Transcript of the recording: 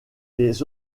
des